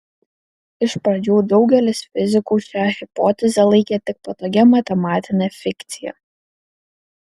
iš pradžių daugelis fizikų šią hipotezę laikė tik patogia matematine fikcija